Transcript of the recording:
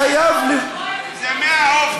כדאי או להקשיב למה שאני אומרת או לקרוא את דברי ההסבר.